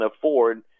afford